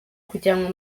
kujyanwa